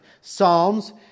psalms